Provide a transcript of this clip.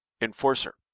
Enforcer